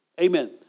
Amen